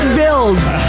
builds